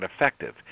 effective